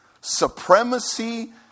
Supremacy